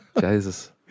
Jesus